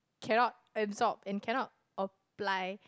cannot absorb and cannot apply